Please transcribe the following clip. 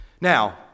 Now